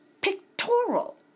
pictorial